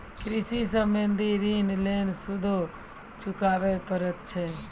कृषि संबंधी ॠण के लेल सूदो चुकावे पड़त छै?